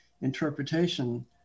interpretation